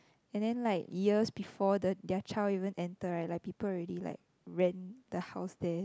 and then like years before the their child even enter right like people already like rent the house there